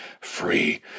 free